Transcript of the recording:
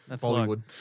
Hollywood